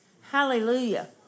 Hallelujah